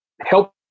help